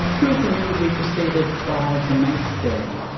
who is immediately preceded by the mace bearer.